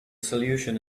solution